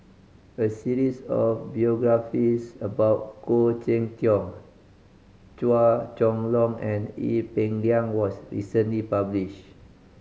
a series of biographies about Khoo Cheng Tiong Chua Chong Long and Ee Peng Liang was recently publish